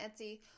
etsy